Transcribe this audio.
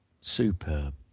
superb